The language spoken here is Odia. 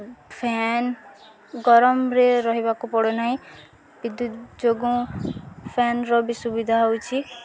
ଫ୍ୟନ୍ ଗରମରେ ରହିବାକୁ ପଡ଼ୁନାହିଁ ବିଦ୍ୟୁତ ଯୋଗୁଁ ଫ୍ୟାନର ବି ସୁବିଧା ହେଉଛି